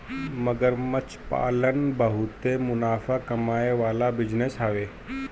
मगरमच्छ पालन बहुते मुनाफा कमाए वाला बिजनेस हवे